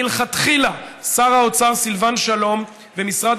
מלכתחילה שר האוצר סילבן שלום ומשרד